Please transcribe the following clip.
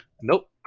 Nope